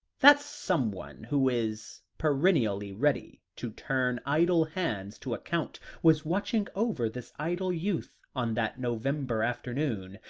that someone who is perennially ready to turn idle hands to account, was watching over this idle youth on that november afternoon,